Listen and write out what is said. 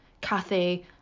Kathy